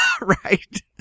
Right